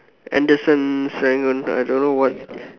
Anderson Serangoon I don't know what